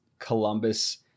columbus